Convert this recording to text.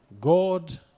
God